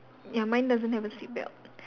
ya mine doesn't have a seat belt